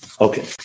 Okay